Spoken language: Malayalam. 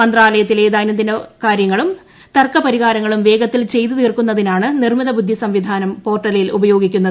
മന്ത്രാലയത്തിലെ ദൈനംദിന കാര്യങ്ങളും തർക്ക പരിഹാരങ്ങളും വേഗത്തിൽ ചെയ്തു തീർക്കുന്നതിനാണ് നിർമിത ബുദ്ധി സംവിധാനം പോർട്ടലിൽ ഉപയോഗിക്കുന്നത്